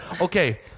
Okay